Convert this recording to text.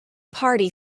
party